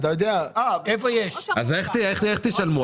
אז איך תשלמו?